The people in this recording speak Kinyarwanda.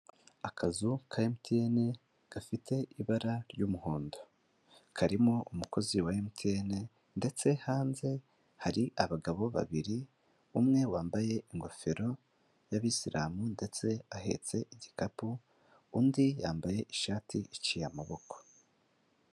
Akazu ka MTN gafite ibara ry'umuhondo, karimo umukozi wa MTN ndetse hanze hari abagabo babiri, umwe wambaye ingofero y'abisilamu ndetse ahetse igikapu, undi yambaye ishati iciye amaboko.